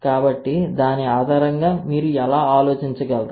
కాబట్టి దాని ఆధారంగా మీరు ఎలా ఆలోచించగలరు